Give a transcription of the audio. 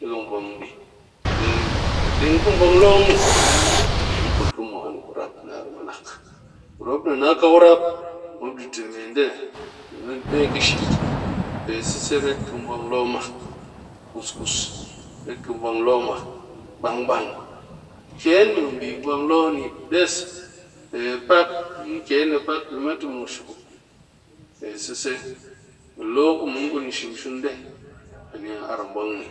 Pe kat deng ka vwang loo muw bɨ ka puut kɨ mwan rap naar mɨnang ngurum dɨ naka ku rap. mop di ti me nde ni deka ka shit pe sise ret ka vwang loo mak kus-kus, ret ka vwang loo mak bang-bang ken mɨ bi vwang loo ni des pe pak di ken pak tɨ mu shwup dɨ pe seise loo ku mun kuni shumsun nde niya ar vwang ni